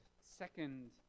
second